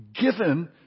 given